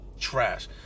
Trash